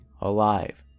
alive